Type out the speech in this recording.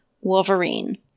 Wolverine